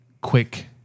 quick